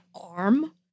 arm